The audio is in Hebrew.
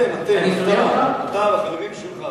אתם, אתם, אתה והחברים שלך.